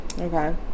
Okay